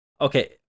Okay